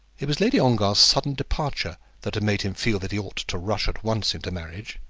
it was lady ongar's sudden departure that had made him feel that he ought to rush at once into marriage.